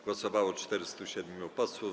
Głosowało 407 posłów.